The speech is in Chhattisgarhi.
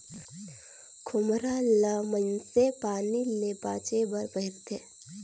खोम्हरा ल मइनसे पानी ले बाचे बर पहिरथे